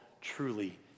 truly